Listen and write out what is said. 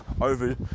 over